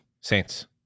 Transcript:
Saints